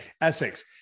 Essex